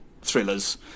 thrillers